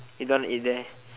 you don't want to eat there